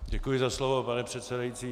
Děkuji za slovo, pane předsedající.